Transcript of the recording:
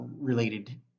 related